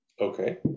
Okay